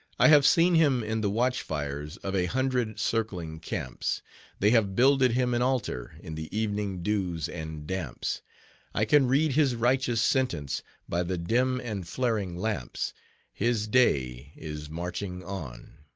i have seen him in the watch-fires of a hundred circling camps they have builded him an altar in the evening dews and damps i can read his righteous sentence by the dim and flaring lamps his day is marching on.